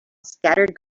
scattered